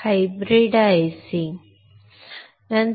hybrid ICs पाहिले